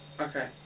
Okay